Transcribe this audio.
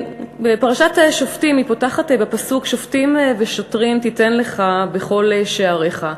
פרשת שופטים פותחת בפסוק: "שפטים ושטרים תתן לך בכל שעריך,